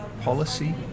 policy